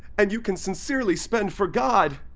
and you can sincerely spend for god.